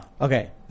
okay